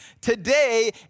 today